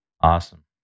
Awesome